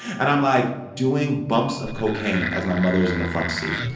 and i'm, like, doing bumps of cocaine as my mother's in the front seat.